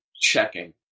checking